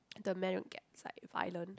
the man will gets like violent